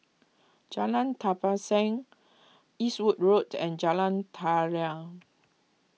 Jalan Tapisan Eastwood Road and Jalan Daliah